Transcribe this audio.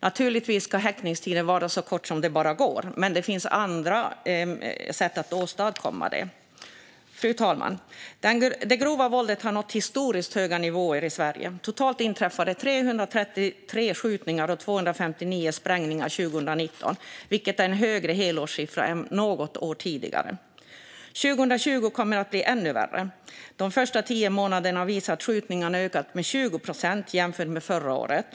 Naturligtvis ska häktningstiden vara så kort som det bara går, men det finns andra sätt att åstadkomma detta. Fru talman! Det grova våldet har nått historiskt höga nivåer i Sverige. Totalt inträffade 333 skjutningar och 259 sprängningar 2019, vilket är en högre helårssiffra än något tidigare år. År 2020 kommer att bli ännu värre. De första tio månaderna visar att skjutningarna har ökat med 20 procent jämfört med förra året.